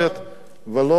ולא פלא,